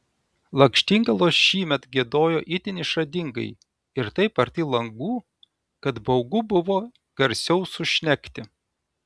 lakštingalos šįmet giedojo itin išradingai ir taip arti langų kad baugu buvo garsiau sušnekti